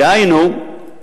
דהיינו,